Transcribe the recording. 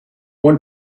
want